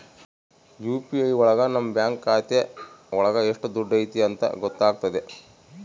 UPI ಒಳಗ ನಮ್ bank ಖಾತೆ ಒಳಗ ಎಷ್ಟ್ ದುಡ್ಡಿದೆ ಅಂತ ಗೊತ್ತಾಗ್ತದೆ